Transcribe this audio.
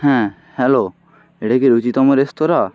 হ্যাঁ হ্যালো এটা কি রুচিতম রেস্তোরাঁ